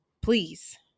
please